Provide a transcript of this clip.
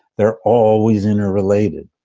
they're always inter-related,